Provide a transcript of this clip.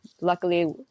luckily